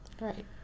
Right